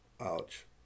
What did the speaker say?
ouch